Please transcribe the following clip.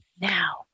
Now